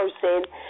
person